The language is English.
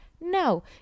No